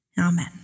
Amen